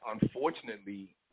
unfortunately